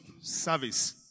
service